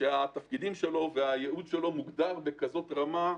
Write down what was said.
שהתפקידים שלו והייעוד שלו מוגדרים בכזאת רמה,